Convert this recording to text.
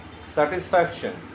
satisfaction